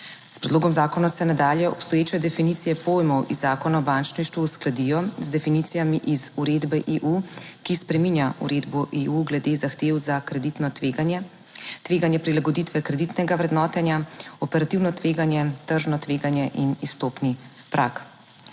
S predlogom zakona se nadalje obstoječe definicije pojmov iz Zakona o bančništvu uskladijo z definicijami iz uredbe EU, ki spreminja uredbo EU glede zahtev za kreditno tveganje, tveganje prilagoditve kreditnega vrednotenja, operativno tveganje, tržno tveganje in izstopni prag.